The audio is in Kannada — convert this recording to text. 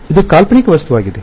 ಇದು ಕಾಲ್ಪನಿಕ ವಸ್ತುವಾಗಿದೆ